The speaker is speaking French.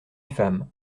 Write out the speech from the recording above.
femme